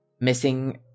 missing